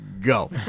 go